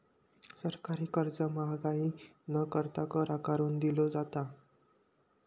सरकारी खर्च महागाई न करता, कर आकारून दिलो जाता